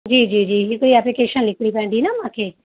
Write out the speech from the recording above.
जी जी जी हिकिड़ी एप्लीकेशन लिखिणी पवंदी न मूंखे